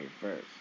first